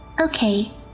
Okay